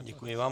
Děkuji vám.